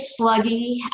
sluggy